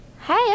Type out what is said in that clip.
Hey